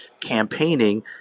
campaigning